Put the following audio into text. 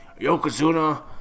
Yokozuna